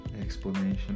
explanation